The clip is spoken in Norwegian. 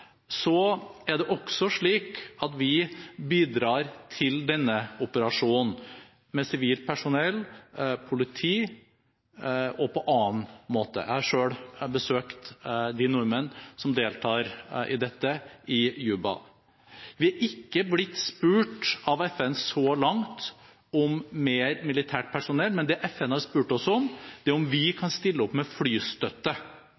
er det også slik at vi bidrar til denne operasjonen med sivilt personell, politi og på annen måte. Jeg har selv besøkt de nordmenn som deltar i dette i Juba. Vi er ikke blitt spurt av FN så langt om mer militært personell. Det FN har spurt oss om, er om vi